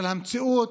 של המציאות.